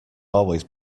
always